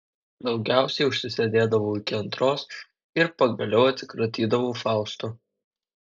daugiausiai užsisėdėdavau iki antros ir pagaliau atsikratydavau fausto